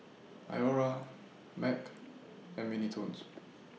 Iora Mac and Mini Toons